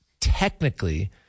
technically